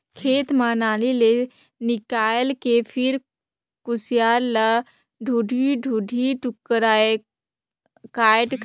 खेत म नाली ले निकायल के फिर खुसियार ल दूढ़ी दूढ़ी टुकड़ा कायट कायट के बोए बर राखथन